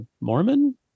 Mormon